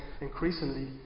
increasingly